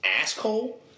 asshole